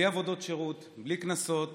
בפועל, בלי עבודות שירות, בלי קנסות